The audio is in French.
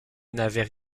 n’avait